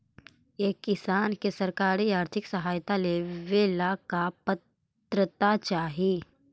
एक किसान के सरकारी आर्थिक सहायता लेवेला का पात्रता चाही?